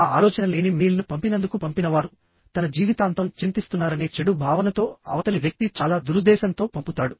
ఆ ఆలోచన లేని మెయిల్ను పంపినందుకు పంపినవారు తన జీవితాంతం చింతిస్తున్నారనే చెడు భావనతో అవతలి వ్యక్తి చాలా దురుద్దేశంతో పంపుతాడు